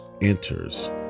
enters